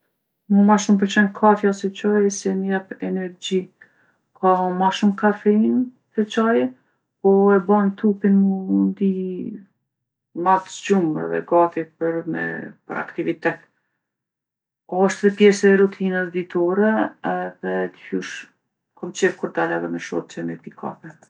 Mu ma shumë m'pëlqen kafja se çaji se m'jep energji. Ka ma shumë kafeinë se çaji, po e bon trupin mu ndi ma t'zgjum edhe gati për me, për aktivitet. Osht edhe pjesë e rutinës ditore edhe diqysh kom qef kur dal edhe me shoqe me pi kafe.